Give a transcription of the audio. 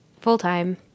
full-time